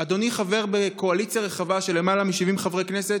אדוני חבר בקואליציה רחבה של למעלה מ-70 חברי כנסת,